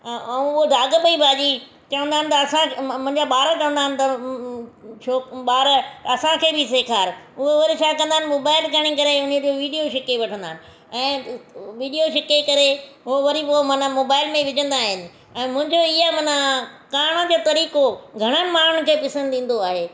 अ ऐं हूअ दाघ पई भाॼी चवंदा आहिनि त असां मुंहिंजा ॿार चवंदा ॿार असांखे बि सिखार हूअ वरी छा कंदा इन मोबाइल खणी करे उन ते वीडियो शेयर करे वठंदा इन ऐं वीडियो शिके करे ओ वरी उहा माना मोबाइल में विझंदा आहिनि ऐं मुंहिंजो इहा मना करण जो तरीक़ो घणनि माण्हुनि खे पसंदि ईंदो आहे